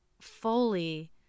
fully